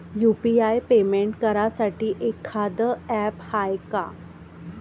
UPI payment करासाठी एखांद app हाय का?